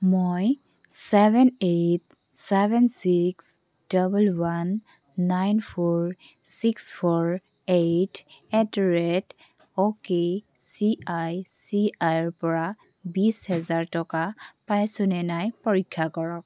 মই seven eight seven six double one nine four six four eight at the rate okay চিআইচিআইৰ পৰা বিছ হেজাৰ টকা পাইছোনে নাই পৰীক্ষা কৰক